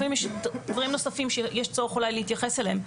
לפעמים יש דברים נוספים שיש צורך אולי להתייחס אליהם.